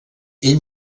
ell